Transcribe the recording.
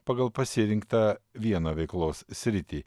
pagal pasirinktą vieną veiklos sritį